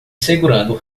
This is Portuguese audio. segurando